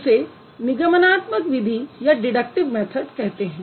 इसे निगमनात्मक विधि कहते हैं